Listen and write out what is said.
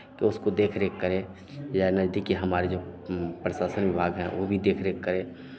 कि उसको देख रेख करे या नज़दीकी हमारे जो प्रशासन विभाग हैं वो भी देख रेख करें